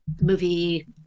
movie